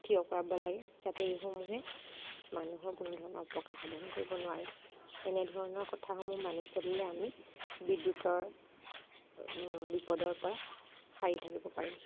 থিয় কৰাব লাগে যাতে এইসমূহে মানুহক কোনো ধৰণৰ উপকাৰ সাধন কৰিব নোৱাৰে এনে ধৰণৰ কথাসমূহ মানি চলিলে আমি বিদ্যুতৰ বিপদৰ পৰা সাৰি থাকিব পাৰিম